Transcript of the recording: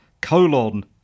colon